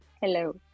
Hello